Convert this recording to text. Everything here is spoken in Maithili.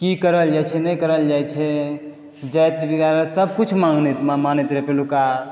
की करल जाइ छै नहि करल जाइ छै जप पूजा सब किछु मानैत रहै पहिलुका